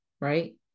right